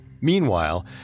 Meanwhile